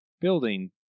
building